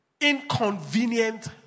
inconvenient